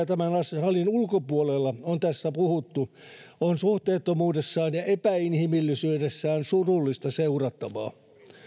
tämän salin ulkopuolella on tässä asiassa puhuttu on suhteettomuudessaan ja epäinhimillisyydessään surullista seurattavaa